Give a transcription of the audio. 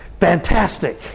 fantastic